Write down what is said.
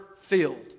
filled